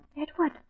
Edward